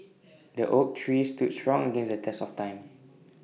the oak tree stood strong against the test of time